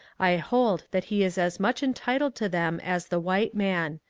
i hold that he is as much entitled to them as the white man.